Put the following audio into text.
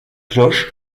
cloche